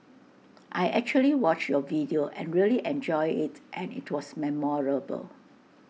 I actually watched your video and really enjoyed IT and IT was memorable